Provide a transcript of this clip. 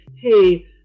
hey